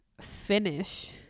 finish